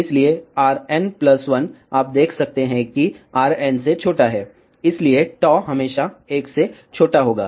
इसलिए Rn 1 आप देख सकते हैं कि Rn से छोटा है इसलिए हमेशा 1 से छोटा होगा